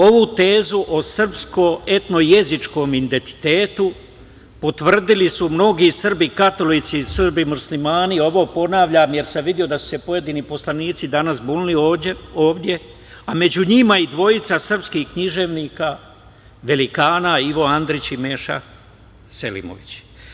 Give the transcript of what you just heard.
Ovu tezu o srpsko etno-jezičkom identitetu potvrdili su mnogi Srbi katolici, Srbi muslimani, ovo ponavljam, jer sam video da su se pojedini poslanici danas bunili ovde, a među njima i dvojica srpskih književnika, velikana Ivo Andrić i Meša Selimović.